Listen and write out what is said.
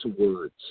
words